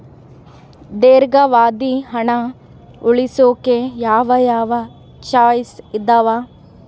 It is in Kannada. ದೇರ್ಘಾವಧಿ ಹಣ ಉಳಿಸೋಕೆ ಯಾವ ಯಾವ ಚಾಯ್ಸ್ ಇದಾವ?